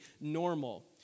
normal